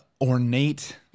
ornate